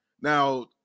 Now